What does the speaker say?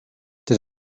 did